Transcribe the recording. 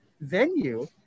venue